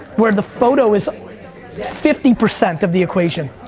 where the photo is fifty percent of the equation.